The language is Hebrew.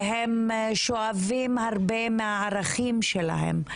והם שואבים הרבה מהערכים שלהם,